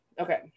Okay